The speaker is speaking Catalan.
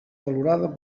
valorada